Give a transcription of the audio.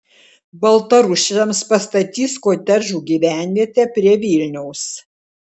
baltarusiams pastatys kotedžų gyvenvietę prie vilniaus